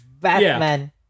Batman